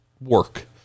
work